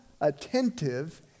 attentive